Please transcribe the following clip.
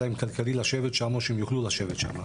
להם כלכלי לשבת שם או שהם יוכלו לשבת שם,